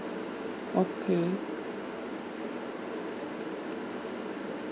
okay